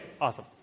awesome